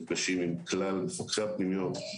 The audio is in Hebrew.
מפגשים עם כלל מפקחי הפנימיות.